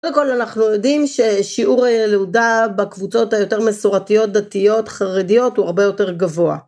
קודם קול אנחנו יודעים ששיעור ילודה בקבוצות היותר מסורתיות, דתיות, חרדיות, הוא הרבה יותר גבוה.